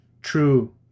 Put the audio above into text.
True